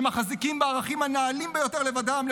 שמחזיקים בערכים הנעלים ביותר לבדם,